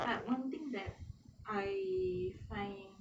but one thing that I find